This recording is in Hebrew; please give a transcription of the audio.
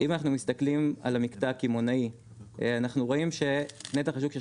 אם אנחנו מסתכלים על המקטע הקמעונאי אנחנו רואים שנתח השוק של